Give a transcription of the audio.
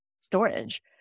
storage